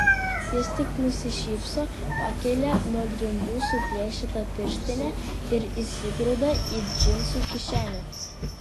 jis tik nusišypso pakelia nuo grindų suplėšytą pirštinę ir įsigrūda į džinsų kišenę